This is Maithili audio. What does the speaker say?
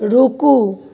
रूकु